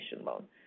loan